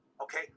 okay